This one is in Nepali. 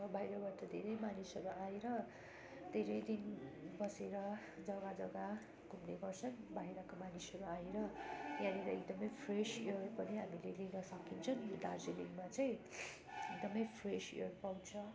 अब बाहिरबाट धेरै मानिसहरू आएर धेरै दिन बसेर जगा जगा घुम्ने गर्छन् बाहिरको मानिसहरू आएर यहाँनेर एकदम फ्रेस एयर पनि हामीले लिन सकिन्छ दार्जिलिङमा चाहिँ एकदम फ्रेस एयर पाउँछ